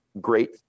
great